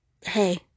hey